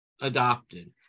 adopted